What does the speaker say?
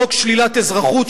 חוק שלילת אזרחות,